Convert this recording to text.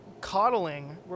coddling